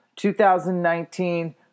2019